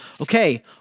okay